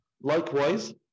Likewise